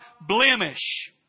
blemish